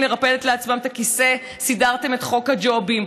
לרפד לעצמם את הכיסא סידרתם את חוק הג'ובים,